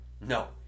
No